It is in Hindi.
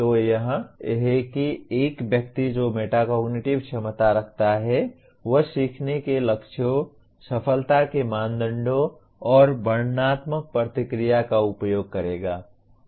तो यह है कि एक व्यक्ति जो मेटाकोग्निटिव क्षमता रखता है वह सीखने के लक्ष्यों सफलता के मानदंडों और वर्णनात्मक प्रतिक्रिया का उपयोग करेगा